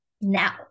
Now